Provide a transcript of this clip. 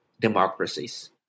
democracies